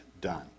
done